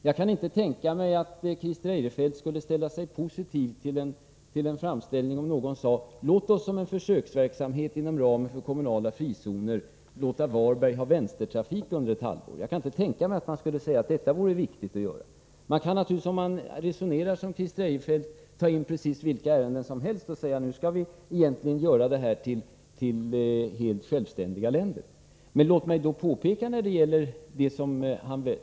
Jag kan inte tänka mig att Christer Eirefelt skulle ställa sig positiv till en framställning som gick ut på att någon sade: Låt oss som en försöksverksamhet inom ramen för kommunala frizoner låta Varberg ha vänstertrafik under ett halvår. Jag kan inte tänka mig att man skulle säga att detta vore viktigt att göra. Man kan, om man resonerar såsom Christer Eirefelt, ta upp precis vilket ärende som helst och säga: Starta en försöksverksamhet och gör de områden där den bedrivs till helt självständiga länder! Christer Eirefelt har tagit som exempel radioverksamheten.